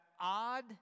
odd